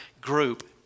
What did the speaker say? group